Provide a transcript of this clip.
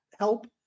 help